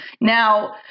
Now